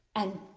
and,